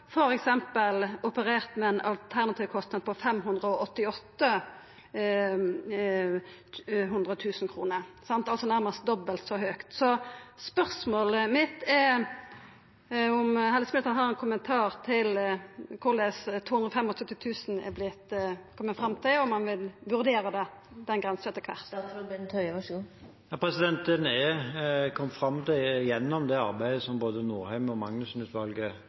har operert med ein alternativ kostnad på 588 000 kr – altså nærmast dobbelt så høgt. Spørsmålet mitt er om helseministeren har ein kommentar til korleis ein har kome fram til 275 000 kr, og om ein vil vurdera den grensa etter kvart. Man er kommet fram til det gjennom det arbeidet som både Norheim-utvalget og